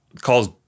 calls